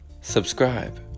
subscribe